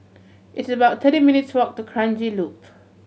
it's about thirty minutes' walk to Kranji Loop